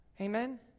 Amen